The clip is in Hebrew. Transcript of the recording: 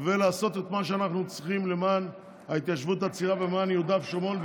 ולעשות את מה שאנחנו צריכים למען ההתיישבות הצעירה ולמען יהודה ושומרון,